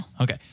Okay